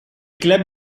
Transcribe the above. club